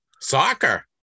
soccer